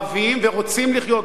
ורוצים לחיות ביחד,